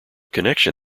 connection